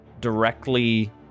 directly